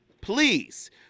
Please